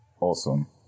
Awesome